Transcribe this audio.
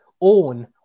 own